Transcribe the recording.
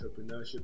entrepreneurship